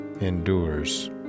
endures